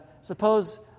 suppose